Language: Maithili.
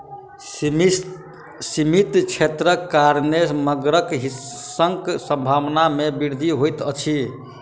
सीमित क्षेत्रक कारणेँ मगरक हिंसक स्वभाव में वृद्धि होइत अछि